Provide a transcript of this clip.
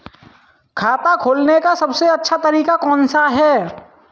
खाता खोलने का सबसे अच्छा तरीका कौन सा है?